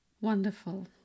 Wonderful